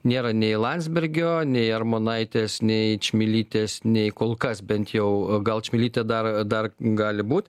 nėra nei landsbergio nei armonaitės nei čmilytės nei kol kas bent jau gal čmilytė dar dar gali būt